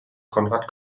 konrad